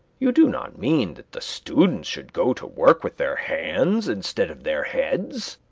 you do not mean that the students should go to work with their hands instead of their heads?